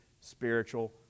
spiritual